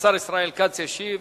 השר ישראל כץ ישיב